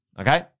okay